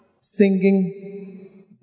Singing